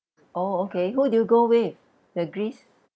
orh okay who do you go with the greece